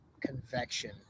Convection